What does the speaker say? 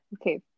okay